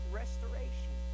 restoration